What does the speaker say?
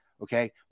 Okay